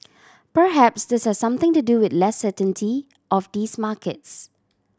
perhaps this has something to do with less certainty of these markets